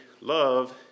love